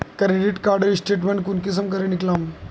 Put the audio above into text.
Credit कार्डेर statement कुंसम करे निकलाम?